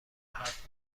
حرف